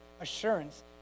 assurance